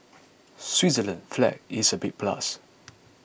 Switzerland's flag is a big plus